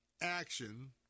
action